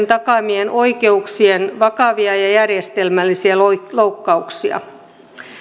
takaamien oikeuksien vakavia ja järjestelmällisiä loukkauksia